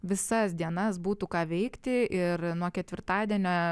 visas dienas būtų ką veikti ir nuo ketvirtadienio